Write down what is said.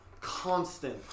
constant